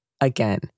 Again